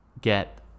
get